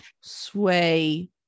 sway